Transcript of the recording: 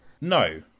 no